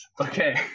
Okay